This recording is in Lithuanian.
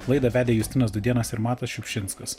laidą vedė justinas dudėnas ir matas šiupšinskas